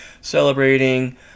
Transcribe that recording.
celebrating